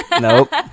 Nope